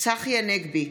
צחי הנגבי,